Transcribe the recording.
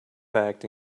fact